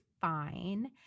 fine